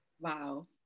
wow